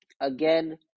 again